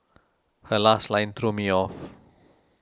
her last line threw me off